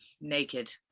naked